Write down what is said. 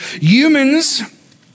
Humans